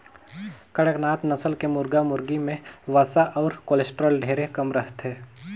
कड़कनाथ नसल के मुरगा मुरगी में वसा अउ कोलेस्टाल ढेरे कम रहथे